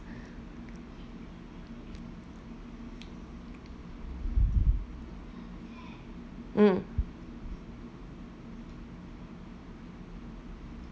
mm